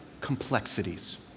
complexities